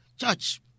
church